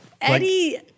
Eddie